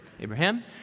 Abraham